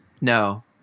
No